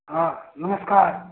हाँ नमस्कार